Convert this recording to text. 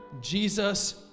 jesus